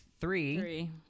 Three